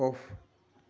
off